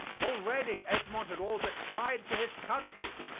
already egmont had all but died for his country.